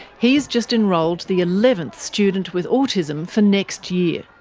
he has just enrolled the eleventh student with autism for next year.